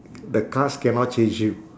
the cars cannot chase you